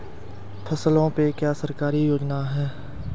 फसलों पे क्या सरकारी योजना है?